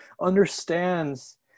understands